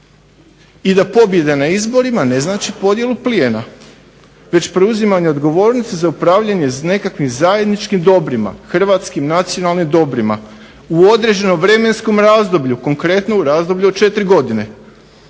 I da pobjeda na izborima ne znači podjelu plijena već preuzimanje odgovornosti za upravljanje nekakvim zajedničkim dobrima, hrvatskim nacionalnim dobrima u određenom vremenskom razdoblju. Konkretno u razdoblju od 4 godine.